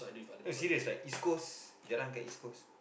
no serious like East-Coast jalan kat East-Coast